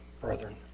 brethren